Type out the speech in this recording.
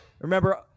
Remember